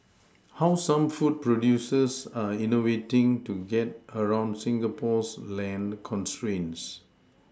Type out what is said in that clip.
how some food producers are innovating to get around Singapore's land constraints